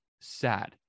sad